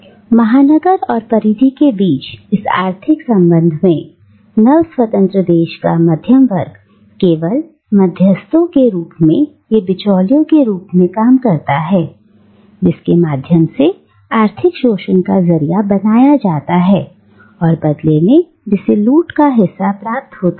अब महानगर और परिधि के बीच इस आर्थिक संबंध में नव स्वतंत्र देश का मध्यमवर्ग केवल मध्यस्थों के रूप में या बिचौलिए के रूप में कार्य करता है जिसके माध्यम से आर्थिक शोषण का जरिया बनाया जाता है और बदले में जिसे लूट का हिस्सा प्राप्त होता है